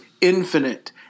infinite